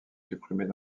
supprimées